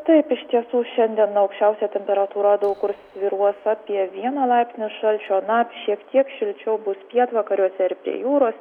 taip iš tiesų šiandien aukščiausia temperatūra daug kur svyruos apie vieną laipsnį šalčio na šiek tiek šilčiau bus pietvakariuose ir prie jūros